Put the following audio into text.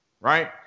right